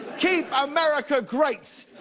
keep america great.